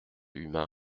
humain